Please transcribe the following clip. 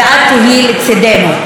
ואת תהיי לצידנו,